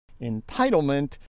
entitlement